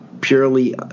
purely